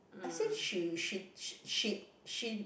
I say she she she she she